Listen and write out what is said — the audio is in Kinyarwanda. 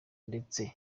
ndetse